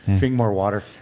drink more water.